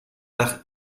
nach